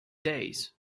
days